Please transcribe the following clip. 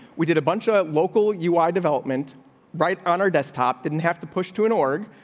we did a bunch of local u. y. development right on our desktop didn't have to push to an organ.